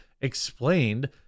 explained